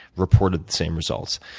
reported the same results.